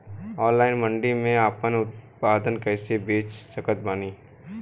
Online मंडी मे आपन उत्पादन कैसे बेच सकत बानी?